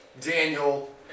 Daniel